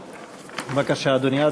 בבקשה, אדוני.